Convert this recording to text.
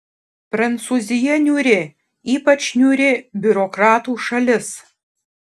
prancūzija niūri ypač niūri biurokratų šalis